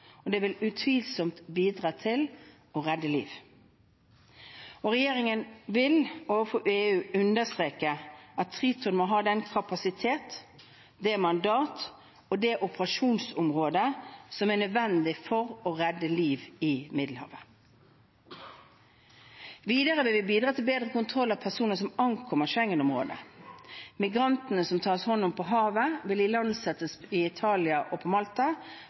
Det vil utvilsomt bidra til å redde liv. Regjeringen vil overfor EU understreke at Triton må ha den kapasitet, det mandat og det operasjonsområde som er nødvendig for å redde liv i Middelhavet. Videre vil vi bidra til bedre kontroll av personer som ankommer Schengen-området. Migrantene som tas hånd om på havet, vil ilandsettes i Italia eller på Malta,